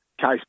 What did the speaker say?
case